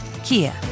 kia